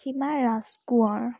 সীমা ৰাজকোঁৱৰ